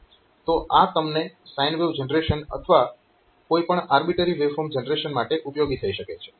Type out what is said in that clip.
તો આ તમને સાઈન વેવ જનરેશન અથવા કોઈ પણ આર્બિટરી વેવફોર્મ જનરેશન માટે ઉપયોગી થઈ શકે છે